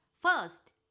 First